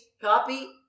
copy